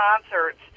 concerts